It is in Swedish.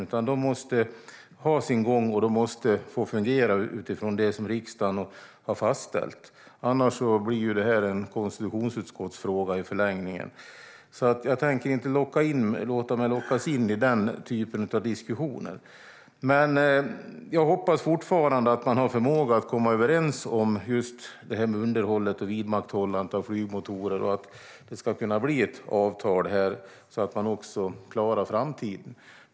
Detta måste ha sin gång, och det måste få fungera utifrån det som riksdagen har fastställt, annars blir det i förlängningen en fråga för konstitutionsutskottet. Jag tänker alltså inte låta mig lockas in i den typen av diskussioner. Jag hoppas fortfarande att man har förmåga att komma överens om just det här med underhållet och vidmakthållandet av flygmotorer och att det ska kunna bli ett avtal så att man också klarar framtiden.